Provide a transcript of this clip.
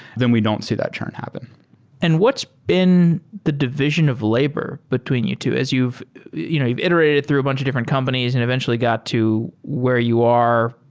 then we don't see that churn happen and what's been the division of labor between you two? you've you know you've iterated through a bunch of different companies and eventually got to where you are.